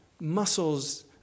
muscles